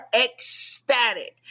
ecstatic